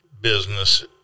business